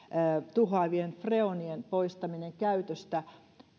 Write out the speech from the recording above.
tuhoavien freonien poistaminen käytöstä